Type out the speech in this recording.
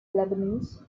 lebanese